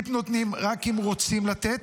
טיפ נותנים רק אם רוצים לתת,